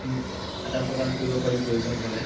আদান প্ৰদান কৰিব পাৰি প্ৰয়োজন হ'লে